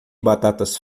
batatas